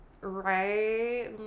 right